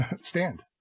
Stand